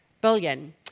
billion